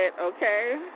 okay